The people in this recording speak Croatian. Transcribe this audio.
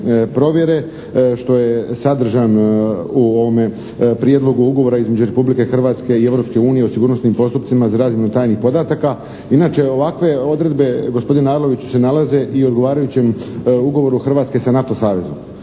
provjere što je sadržan u ovome prijedlogu ugovora između Republike Hrvatske i Europske unije o sigurnosnim postupcima za razmjenu tajnih podataka. Inače ovakve odredbe gospodine Arloviću se nalazi i u odgovarajućem ugovoru Hrvatske sa NATO savezom